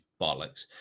bollocks